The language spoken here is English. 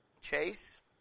Chase